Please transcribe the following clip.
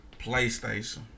PlayStation